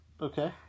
Okay